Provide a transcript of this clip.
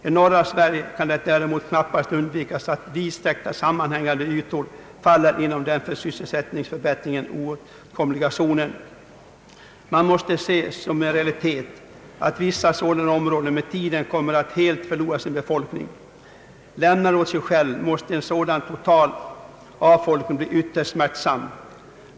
I norra Sverige kan det däremot knappast undvikas att vidsträckta sammanhängande ytor faller inom den för sysselsättningsförbättringar oåtkomliga zonen. Man måste se som en realitet att vissa sådana områden med tiden kommer att helt förlora sin befolkning. Lämnad åt sig själv måste en sådan total avfolkning bli ytterst smärtsam.